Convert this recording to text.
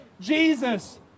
Jesus